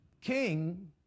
King